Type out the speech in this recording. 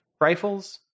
rifles